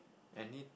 any